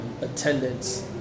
attendance